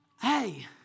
Hey